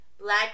black